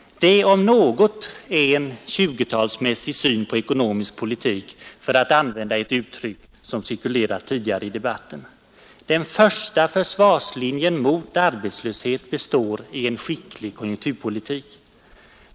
Det om något är en 1920-talsmässig syn på ekonomisk politik, för att använda ett uttryck som cirkulerat tidigare i debatten. Den första försvarslinjen mot arbetslöshet består i en skicklig konjunkturpolitik.